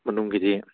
ꯃꯅꯨꯡꯒꯤꯗꯤ